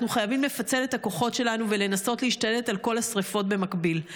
אנחנו חייבים לפצל את הכוחות שלנו ולנסות להשתלט על כל השרפות במקביל,